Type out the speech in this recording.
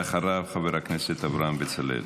אדוני, ואחריו, חבר הכנסת אברהם בצלאל.